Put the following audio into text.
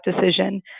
decision